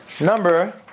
Number